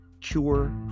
Cure